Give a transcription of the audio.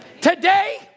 Today